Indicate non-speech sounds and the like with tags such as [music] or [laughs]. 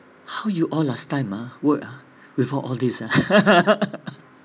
how you all last time ah work without all these ah [laughs]